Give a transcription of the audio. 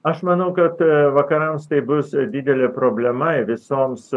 aš manau kad vakarams tai bus didelė problema visoms